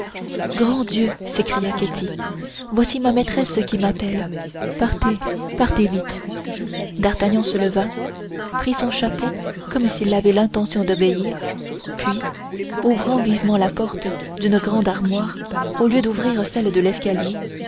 grand dieu s'écria ketty voici ma maîtresse qui m'appelle partez partez vite d'artagnan se leva prit son chapeau comme s'il avait l'intention d'obéir puis ouvrant vivement la porte d'une grande armoire au lieu d'ouvrir celle de l'escalier